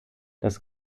das